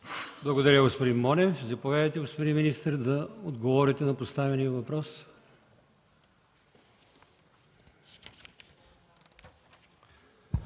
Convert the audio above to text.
Благодаря, господин Вучков. Заповядайте, господин Йовчев, да отговорите на поставения въпрос.